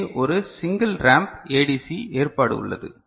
இங்கே ஒரு single ramp ADC ஏற்பாடு உள்ளது